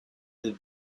the